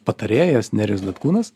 patarėjas nerijus datkūnas